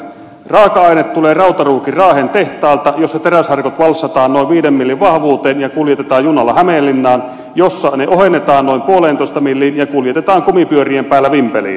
raaka aine tulee rautaruukin raahen tehtaalta jossa teräsharkot valssataan noin viiden millin vahvuuteen ja kuljetetaan junalla hämeenlinnaan missä ne ohennetaan noin puoleentoista milliin ja kuljetetaan kumipyörien päällä vimpeliin